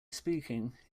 speaking